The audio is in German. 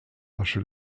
asche